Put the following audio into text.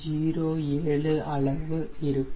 07 அளவு இருக்கும்